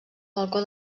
balcó